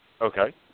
Okay